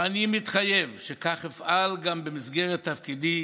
ואני מתחייב שכך אפעל גם במסגרת תפקידי